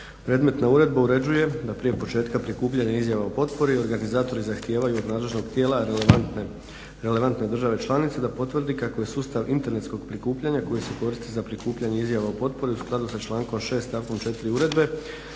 Predmetna uredba uređuje da prije početka prikupljanja izjava o potpori organizatori zahtijevaju od nadležnog tijela relevantne države članice da potvrdi kako je sustav internetskog prikupljanja koji se koristi za prikupljanje izjava o potpori u skladu sa člankom 6. stavkom 4. uredbe